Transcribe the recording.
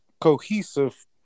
cohesive